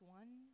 one